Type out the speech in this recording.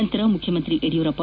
ಬಳಿಕ ಮುಖ್ಯಮಂತ್ರಿ ಯಡಿಯೂರಪ್ಪ